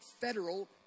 federal